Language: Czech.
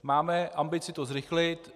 Máme ambici to zrychlit.